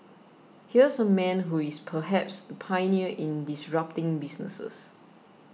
here's a man who is perhaps the pioneer in disrupting businesses